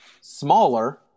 smaller